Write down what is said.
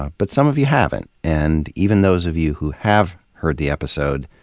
but some of you haven't. and even those of you who have heard the episode,